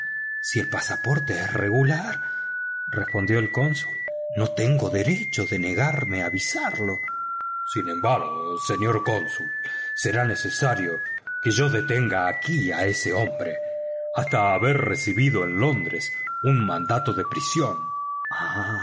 si el pasaporte es regular respondió el cónsul no tengo derecho a negarme a visarlo sin embargo señor cónsul será necesario que yo detenga aquí a ese hombre hasta haber recibido de londres un mandato de prisión